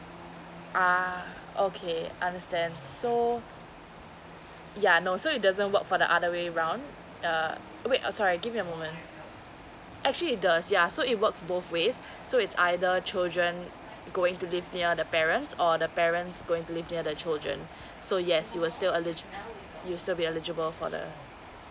uh okay understand so yeah know so it doesn't work for the other way round uh wait uh sorry give me a moment actually it does yeah so it works both ways so it's either children going to live near the parents or the parents going to live near the children so yes you were still eli~ you still be eligible for the